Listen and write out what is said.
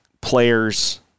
players